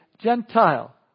Gentile